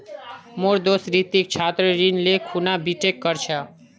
मोर दोस्त रितिक छात्र ऋण ले खूना बीटेक कर छ